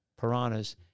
piranhas